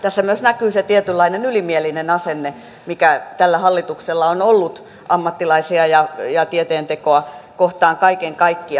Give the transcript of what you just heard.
tässä myös näkyy se tietynlainen ylimielinen asenne mikä tällä hallituksella on ollut ammattilaisia ja tieteentekoa kohtaa kaiken kaikkiaan